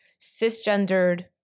cisgendered